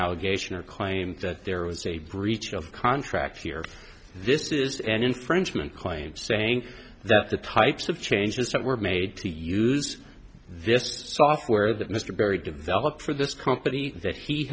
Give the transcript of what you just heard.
allegation or claim that there was a breach of contract here this is an infringement claim saying that the types of changes that were made to use vista software that mr berry developed for this company that he